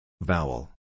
vowel